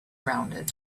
rounded